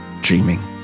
dreaming